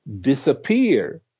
disappear